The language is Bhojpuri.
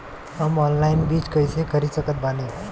हम ऑनलाइन बीज कइसे खरीद सकत बानी?